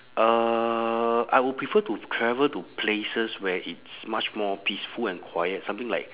uhh I will prefer to travel to places where it's much more peaceful and quiet something like